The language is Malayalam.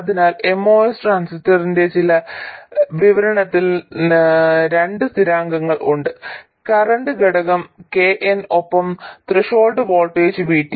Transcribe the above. അതിനാൽ MOS ട്രാൻസിസ്റ്ററിന്റെ ഈ വിവരണത്തിൽ രണ്ട് സ്ഥിരാങ്കങ്ങൾ ഉണ്ട് കറന്റ് ഘടകം K n ഒപ്പം ത്രെഷോൾഡ് വോൾട്ടേജ് VT